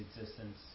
existence